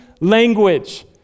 language